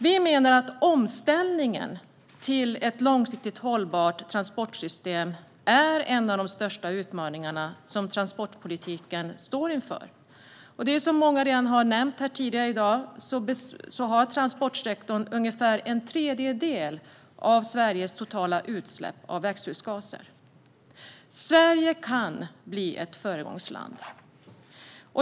Vi menar att omställningen till ett långsiktigt hållbart transportsystem är en av de största utmaningar som transportpolitiken står inför. Som många har nämnt här tidigare i dag står transportsektorn för ungefär en tredjedel av Sveriges totala utsläpp av växthusgaser. Sverige kan bli ett föregångsland.